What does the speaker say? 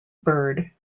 bird